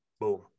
boom